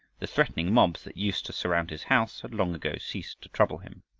the threatening mobs that used to surround his house had long ago ceased to trouble him.